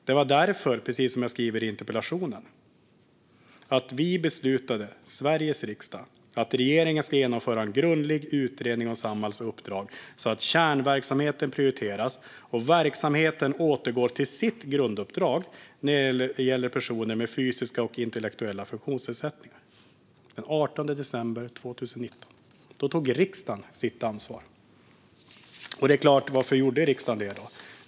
Det var därför, precis som jag skriver i interpellationen, som vi, Sveriges riksdag, beslutade att regeringen skulle genomföra en grundlig utredning av Samhalls uppdrag så att kärnverksamheten prioriteras och verksamheten återgår till sitt grunduppdrag när det gäller personer med fysiska och intellektuella funktionsnedsättningar. Den 18 december 2019 tog riksdagen sitt ansvar. Varför gjorde då riksdagen det?